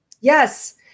Yes